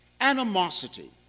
animosity